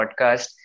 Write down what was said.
podcast